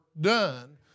done